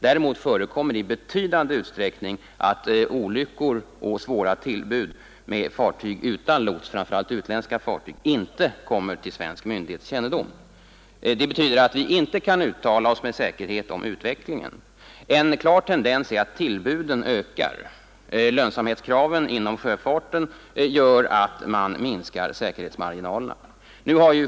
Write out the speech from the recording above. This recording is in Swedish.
Däremot förekommer i betydande utsträckning att olyckor och svåra tillbud med fartyg utan lots, framför allt utländska fartyg, inte kommer till svensk myndighets kännedom. Det betyder att vi inte kan uttala oss med säkerhet om utvecklingen. En klar tendens är att tillbuden ökar. Lönsamhetskraven inom sjöfarten gör att man minskar säkerhetsmarginalerna.